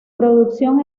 producción